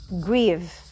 grieve